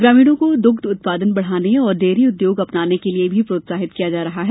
ग्रामीणों को दुग्ध उत्पादन बढ़ाने और डेयरी उद्योग अपनाने के लिये भी प्रोत्साहित किया जा रहा है